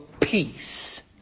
peace